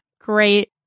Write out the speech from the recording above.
Great